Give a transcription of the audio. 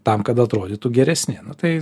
tam kad atrodytų geresni tai